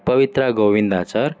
Pavithra Govind Achar